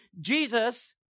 Jesus